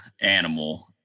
animal